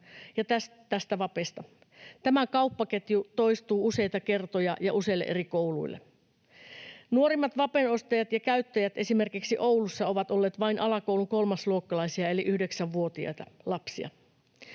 tästä vapesta. Tämä kauppaketju toistuu useita kertoja ja useille eri kouluille. Nuorimmat vapen ostajat ja käyttäjät esimerkiksi Oulussa ovat olleet vain alakoulun kolmasluokkalaisia eli yhdeksänvuotiaita lapsia.